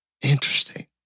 Interesting